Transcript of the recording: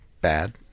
bad